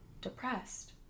depressed